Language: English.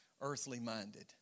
earthly-minded